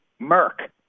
Merck